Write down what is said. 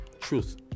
Truth